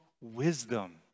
wisdom